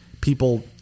people